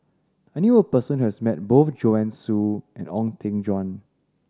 I knew a person who has met both Joanne Soo and Ong Eng Guan